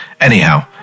Anyhow